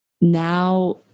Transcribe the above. now